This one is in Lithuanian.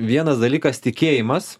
vienas dalykas tikėjimas